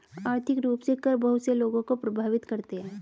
आर्थिक रूप से कर बहुत से लोगों को प्राभावित करते हैं